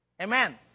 Amen